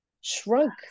shrunk